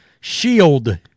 shield